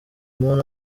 moon